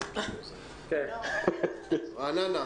שלום.